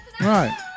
Right